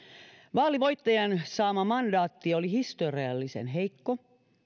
vaalivoittajan saama mandaatti oli historiallisen heikko